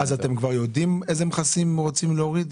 אז אתם כבר יודעים איזה מכסים רוצים להוריד?